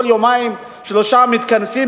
כל יומיים-שלושה מתכנסים,